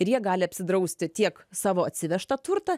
ir jie gali apsidrausti tiek savo atsivežtą turtą